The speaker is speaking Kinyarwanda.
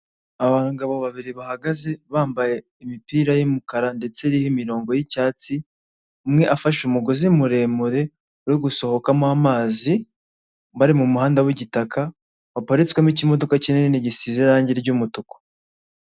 Abagabo babiri bahagaze bambaye imipira y'umukara ndetse iriho imirongo y'icyatsi, umwe afashe umugozi muremure uri gusohokamo amazi, bari mu muhanda w'igitaka waparitswemo ikimodoka kinini gisize irangi ry'umutuku.